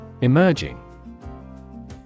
Emerging